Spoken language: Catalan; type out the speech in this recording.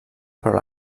però